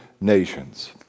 nations